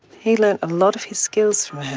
he learnt a lot of his skills from her.